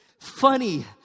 Funny